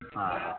हँ हँ